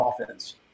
offense